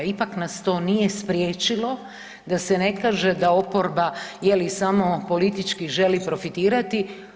Ipak nas to nije spriječilo da se ne kaže da oporba je li samo politički želi profitirati.